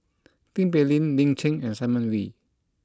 Tin Pei Ling Lin Chen and Simon Wee